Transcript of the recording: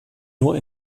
nur